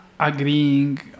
agreeing